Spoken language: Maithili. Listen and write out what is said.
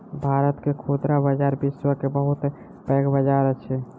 भारत के खुदरा बजार विश्व के बहुत पैघ बजार अछि